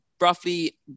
roughly